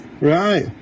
Right